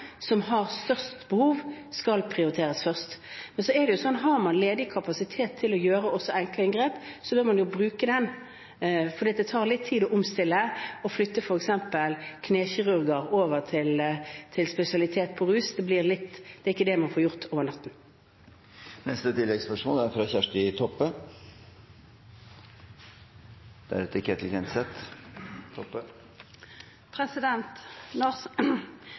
som har størst behov, skal prioriteres først. Men har man ledig kapasitet til også å gjøre enkle inngrep, vil man jo bruke den, for det tar litt tid å omstille og f.eks. flytte knekirurger over til spesialitet på rus. Det